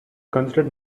considered